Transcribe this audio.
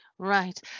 right